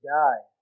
die